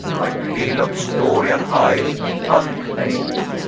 by pelops' dorian isle unclaimed,